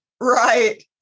Right